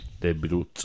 Debut